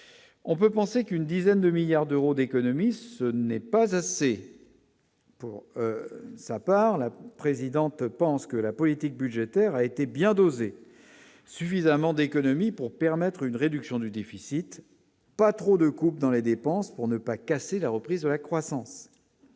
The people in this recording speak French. On peut penser qu'une dizaine de milliards d'euros d'économies, ce n'est pas assez. Pour sa part, la présidente, pensent que la politique budgétaire a été bien doser suffisamment d'économies pour permettre une réduction du déficit, pas trop de coupes dans les dépenses pour ne pas casser la reprise de la croissance.